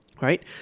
right